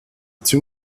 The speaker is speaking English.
two